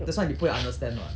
that's why 你不会 understand [what]